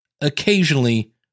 occasionally